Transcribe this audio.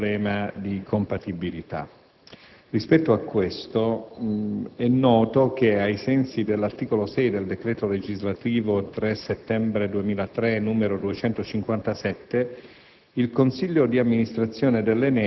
in modo particolare, si pone un problema di compatibilità. Rispetto a ciò, è noto che, ai sensi dell'articolo 6 del decreto legislativo 3 settembre 2003, n. 257,